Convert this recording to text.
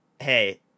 hey